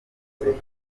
bwihuse